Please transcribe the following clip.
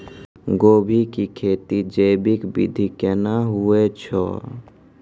गोभी की खेती जैविक विधि केना हुए छ?